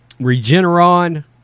Regeneron